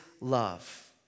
love